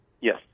Yes